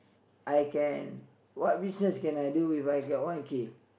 I can what business can I do if I got one K